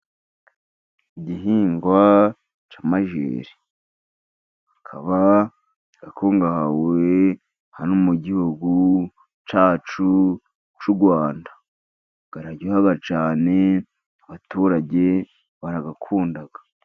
Igihingwa cy'amajeri. Akaba akungahawe hano mu gihugu cyacu cy'u Rwanda. Araryoha cyane, abaturage barayakunda.